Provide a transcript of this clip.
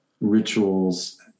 rituals